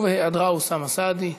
בהיעדרה, אוסאמה סעדי,